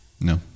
No